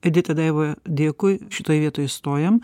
edita daiva dėkui šitoj vietoj stojam